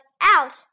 out